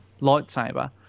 lightsaber